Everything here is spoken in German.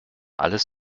alles